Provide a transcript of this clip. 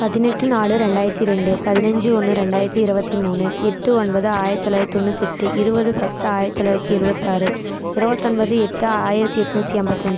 பதினெட்டு நாலு ரெண்டாயிரத்தி ரெண்டு பதினஞ்சு ஒன்று ரெண்டாயிரத்தி இருபத்தி மூணு எட்டு ஒன்பது ஆயிரத்தி தொள்ளாயிரத்தி தொண்ணூற்றி எட்டு இருபது பத்து ஆயிரத்தி தொள்ளாயிரத்தி எழுபத்தாறு இருபத்தொன்பது எட்டு ஆயிரத்தி எட்நூற்றி எண்பத்தஞ்சி